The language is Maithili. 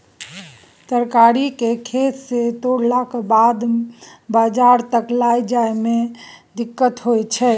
तरकारी केँ खेत सँ तोड़लाक बाद बजार तक लए जाए में दिक्कत होइ छै